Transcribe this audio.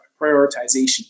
prioritization